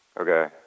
Okay